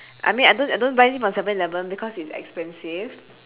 I mean I don't I don't buy anything from seven-eleven because it's expensive